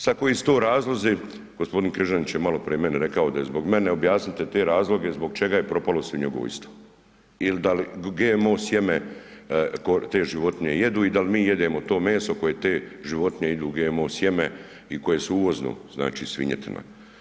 Sad koji su to razlozi, gospodin Križanić je maloprije meni rekao da je zbog mene, objasnite te razloge zbog čega je propalo svinjogojstvo ili da li GMO sjeme te životinje jedu i da li mi jedemo to meso koje te životinje jedu GMO sjeme i koji su uvozna znači svinjetina.